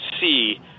see